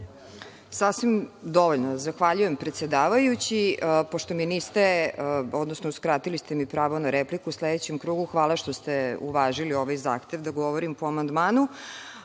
Sasvim dovoljno. Zahvaljujem, predsedavajući. Pošto ste mi uskratili pravo na repliku u sledećem krugu, hvala što ste uvažili ovaj zahtev da govorim po amandmanu.